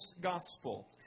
gospel